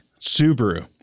Subaru